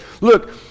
Look